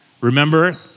Remember